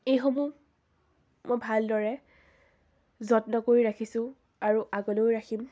এইসমূহ মই ভালদৰে যত্ন কৰি ৰাখিছোঁ আৰু আগলৈও ৰাখিম